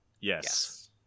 Yes